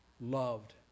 loved